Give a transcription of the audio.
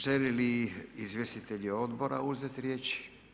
Žele li izvjestitelji odbora uzeti riječ?